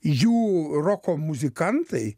jų roko muzikantai